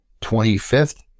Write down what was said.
25th